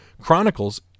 Chronicles